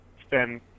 spend